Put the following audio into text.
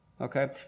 Okay